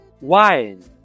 Wine